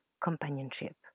companionship